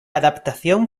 adaptación